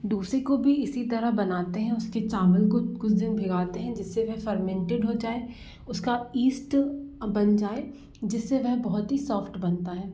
डोसे को भी इसी तरह बनाते हैं उसके चावल को कुछ दिन भिगाते हैं जिससे वह फर्मेन्टेड हो जाए उसका ईस्ट बन जाए जिससे वह बहुत ही सॉफ्ट बनता है